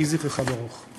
יהי זכרך ברוך.